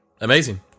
amazing